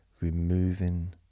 removing